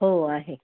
हो आहे